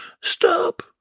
Stop